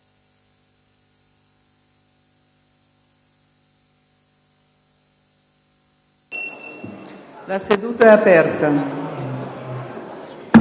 La seduta è aperta